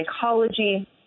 psychology